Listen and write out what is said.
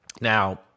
Now